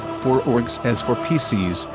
for org's as for pc's,